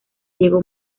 llegó